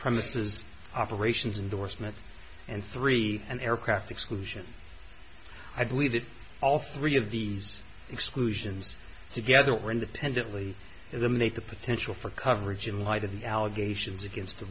premises operations indorsement and three an aircraft exclusion i believe that all three of these exclusions together or independently eliminate the potential for coverage in light of the allegations against the